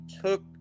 took